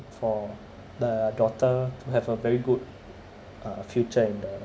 for the daughter to have a very good uh future in the